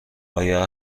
آیا